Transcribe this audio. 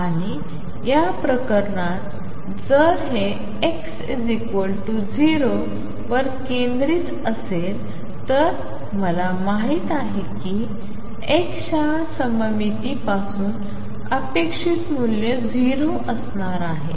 आणि या प्रकरणात जर हे x0 वर केंद्रित असेल तर मला माहित आहे की x च्या सममितीपासून अपेक्षित मूल्य 0 असणार आहे